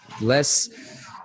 less